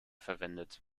verwendet